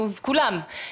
כולם.